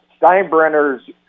Steinbrenner's